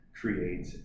create